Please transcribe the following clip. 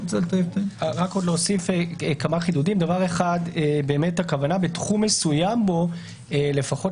רק להוסיף כמה חידודים הכוונה בתחום מסוים בו לפחות